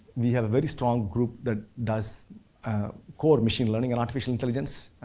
we have a very strong group that does core or machine learning and artificial intelligence,